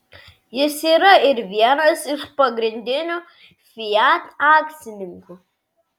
jis yra ir vienas iš pagrindinių fiat akcininkų